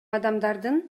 адамдардын